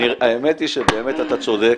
האמת היא שבאמת אתה צודק,